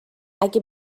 اگه